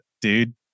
dude